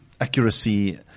accuracy